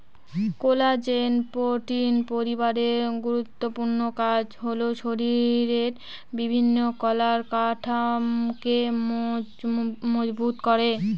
collagen protein পরিবারের গুরুত্বপূর্ণ কাজ হল শরীরের বিভিন্ন কলার কাঠামোকে মজবুত করা